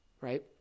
right